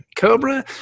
Cobra